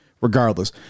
regardless